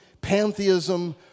pantheism